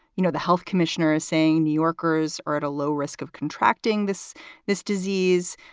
you know, the health commissioner is saying new yorkers are at a low risk of contracting this this disease.